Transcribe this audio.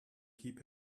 keep